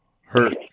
hurt